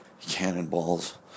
cannonballs